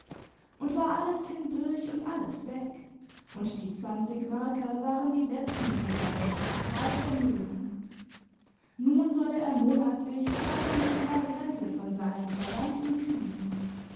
und war alles hindurch imd alles weg und die zwanzig märker waren die letzten von seinem kapitalvermögen nun solle er monatlich zweihundert mark rente von seinen verwandten kriegen